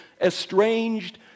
estranged